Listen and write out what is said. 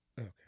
Okay